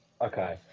Okay